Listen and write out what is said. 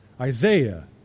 Isaiah